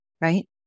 right